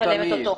לא תמיד.